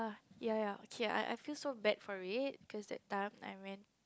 yea yea yea okay I I feel so bad for it cause that time I went